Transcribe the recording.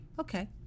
Okay